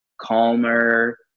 calmer